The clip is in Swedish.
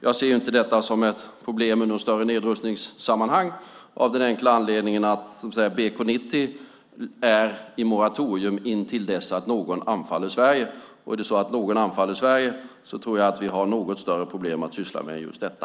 Jag ser inte detta som ett problem i något större nedrustningssammanhang av den enkla anledningen att bombkapsel 90 är i moratorium till dess att någon anfaller Sverige, och om någon anfaller Sverige tror jag att vi har aningen större problem att syssla med än just detta.